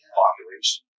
population